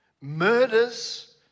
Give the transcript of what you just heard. murders